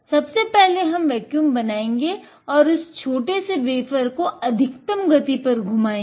सबसे पहले हम वेक्यूम बनायेंगे और इस छोटे वेफ़र को अधिकतम गति पर घुमाएंगे